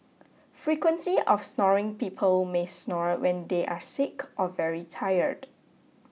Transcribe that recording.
frequency of snoring people may snore when they are sick or very tired